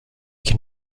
can